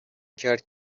کرد